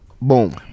Boom